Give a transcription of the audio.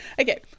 Okay